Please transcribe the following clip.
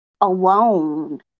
alone